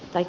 tai